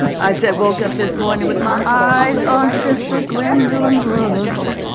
i said woke up this morning with my eyes on sister gwendolyn brooks.